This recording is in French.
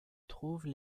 trouvent